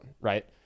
right